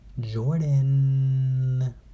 Jordan